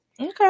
Okay